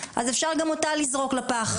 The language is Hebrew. אז אפשר גם אותה לזרוק לפח.